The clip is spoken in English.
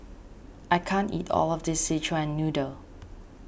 I can't eat all of this Szechuan Noodle